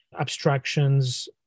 abstractions